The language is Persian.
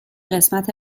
قسمت